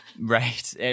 Right